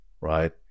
Right